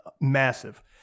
massive